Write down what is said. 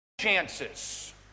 chances